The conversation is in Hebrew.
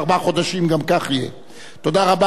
רבותי חברי הכנסת, אנחנו עוברים לחקיקה,